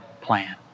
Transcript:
plan